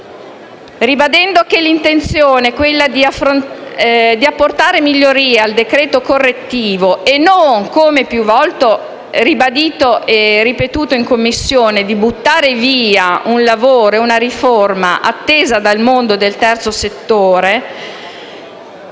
Ribadendo che l'intenzione è quella di apportare migliorie al decreto correttivo e non, come più volte ribadito e ripetuto in Commissione, di buttare via un lavoro e una riforma attesa dal mondo del terzo settore,